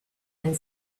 and